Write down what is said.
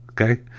okay